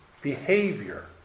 behavior